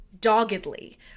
doggedly